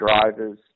drivers